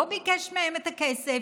לא ביקש מהם את הכסף,